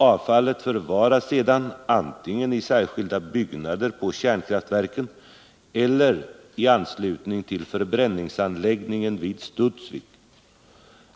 Avfallet förvaras sedan antingen i särskilda byggnader på kärnkraftverken eller i anslutning till förbränningsanläggningen vid Studsvik.